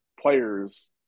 players